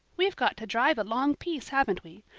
we've got to drive a long piece, haven't we?